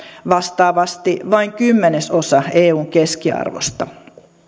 vastaavasti vain kymmenesosa eun keskiarvosta